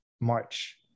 March